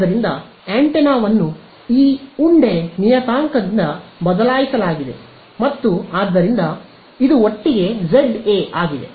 ಆದ್ದರಿಂದ ಆಂಟೆನಾವನ್ನು ಈ ಉಂಡೆ ನಿಯತಾಂಕದಿಂದ ಬದಲಾಯಿಸಲಾಗಿದೆ ಮತ್ತು ಆದ್ದರಿಂದ ಇದು ಒಟ್ಟಿಗೆ ಜೆಡ್ ಎ ಆಗಿದೆ